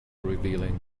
revealing